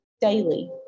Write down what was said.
daily